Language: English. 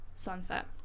sunset